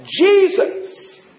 Jesus